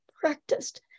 practiced